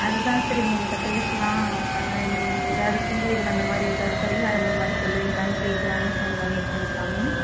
அதுதான் சரி உங்கள்கிட்ட பேசலாம் ஏதாவது பூஜைகள் அந்த மாதிரி ஏதாவது பரிகாரங்கள் மாதிரி சொல்லுவீங்களான்னு கேட்கலான்னு ஃபோன் பண்ணியிருக்கேங்க சாமி